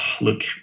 look